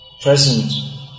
Present